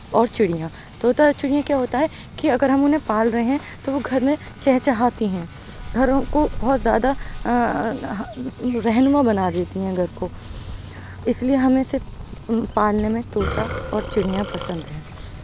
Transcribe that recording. اور چڑیاں طوطا اور چڑیا کیا ہوتا ہے کہ اگر ہم انہیں پال رہے ہیں تو وہ گھر میں چہچہاتی ہیں گھروں کو بہت زیادہ رہنما بنا دیتی ہیں گھر کو اس لیے ہمیں صرف پالنے میں طوطا اور چڑیاں پسند ہیں